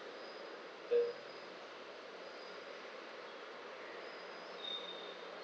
then